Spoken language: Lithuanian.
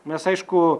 mes aišku